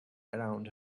around